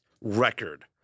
record